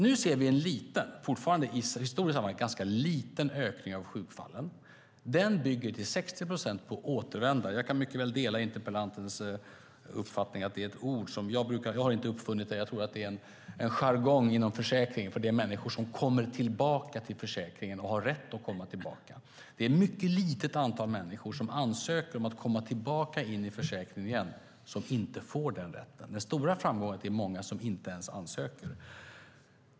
Nu ser vi en ökning av sjukfallen som fortfarande är ganska liten i ett historiskt sammanhang. Den bygger till 60 procent på återvändare. Jag kan mycket väl dela interpellantens uppfattning om ordet "återvändare". Jag har inte uppfunnit det. Jag tror att det är en jargong inom försäkringen. Det gäller människor som kommer tillbaka till försäkringen och har rätt till det. Det är ett mycket litet antal människor som ansöker om att komma tillbaka in i försäkringen igen och inte får den rätten. Men den stora framgången är att det är många som inte ens ansöker.